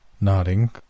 Nodding